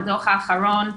בדוח האחרון,